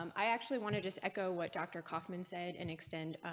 um i actually want to just echo what doctor kaufman said an extend.